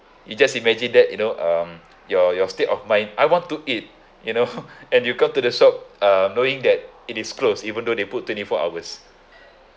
you just imagine that you know um your your state of mind I want to eat you know and you go to the shop uh knowing that it is closed even though they put twenty four hours